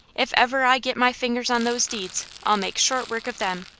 if ever i get my fingers on those deeds, i'll make short work of them!